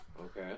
Okay